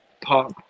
park